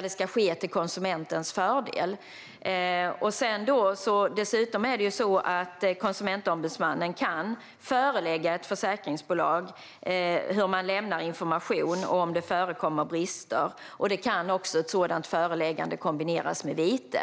som ska ske till konsumentens fördel. Dessutom kan Konsumentombudsmannen förelägga ett försäkringsbolag hur bolaget ska lämna information om det förekommer brister. Ett sådant föreläggande kan kombineras med vite.